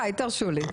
די, תרשו לי.